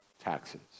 taxes